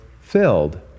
filled